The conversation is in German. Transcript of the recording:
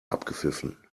abgepfiffen